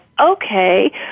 Okay